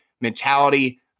mentality –